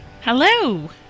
Hello